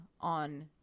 on